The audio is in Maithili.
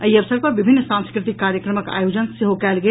एहि अवसर पर विभिन्न सांस्कृतिक कार्यक्रमक आयोजन सेहो कयल गेल